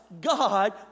God